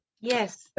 Yes